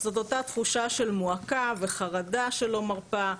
אותה התחושה של מועקה וחרדה שלא מרפה.